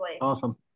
Awesome